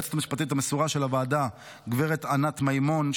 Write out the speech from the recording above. ליועצת המשפטית המסורה של הוועדה גב' ענת מימון,